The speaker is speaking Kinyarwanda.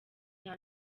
nta